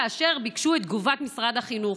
כאשר ביקשו את תגובת משרד החינוך,